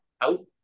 out